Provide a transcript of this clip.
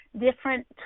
different